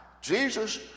Jesus